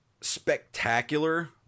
spectacular